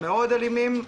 מאוד אלימים,